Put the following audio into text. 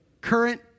current